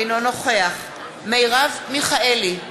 אינו נוכח מרב מיכאלי,